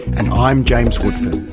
and i'm james woodford